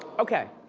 okay,